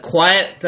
Quiet